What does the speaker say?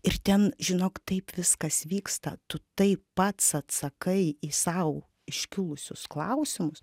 ir ten žinok taip viskas vyksta tu tai pats atsakai į sau iškilusius klausimus